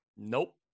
nope